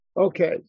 Okay